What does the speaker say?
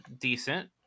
decent